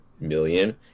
million